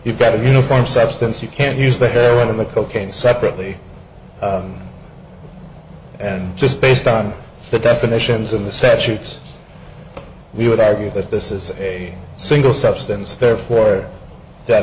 you've got a uniform substance you can use the hair one of the cocaine separately and just based on the definitions of the statutes we would argue that this is a single substance therefore that